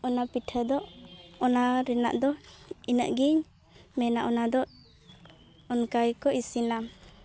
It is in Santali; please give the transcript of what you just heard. ᱚᱱᱟ ᱯᱤᱴᱷᱟᱹ ᱫᱚ ᱚᱱᱟ ᱨᱮᱱᱟᱜ ᱫᱚ ᱤᱱᱟᱹᱜ ᱜᱤᱧ ᱢᱮᱱᱟ ᱚᱱᱟ ᱫᱚ ᱚᱱᱠᱟ ᱜᱮᱠᱚ ᱤᱥᱤᱱᱟ